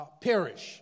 perish